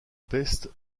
peste